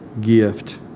gift